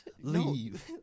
Leave